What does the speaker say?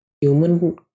human